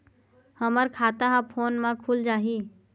हमर खाता ह फोन मा खुल जाही?